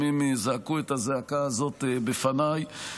זעקו את הזעקה הזאת בפניי.